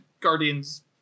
Guardians